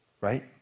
right